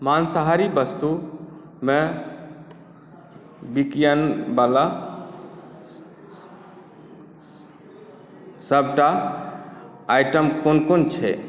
माँसाहारी वस्तुमे बिकायवला सभटा आइटम कोन कोन छै